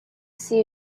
see